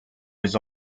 was